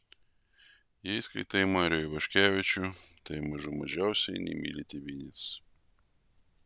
jei skaitai marių ivaškevičių tai mažų mažiausiai nemyli tėvynės